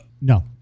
no